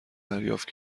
دریافت